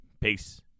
Peace